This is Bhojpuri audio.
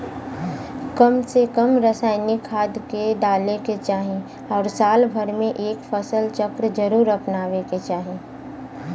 कम से कम रासायनिक खाद के डाले के चाही आउर साल भर में एक फसल चक्र जरुर अपनावे के चाही